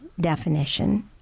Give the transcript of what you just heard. definition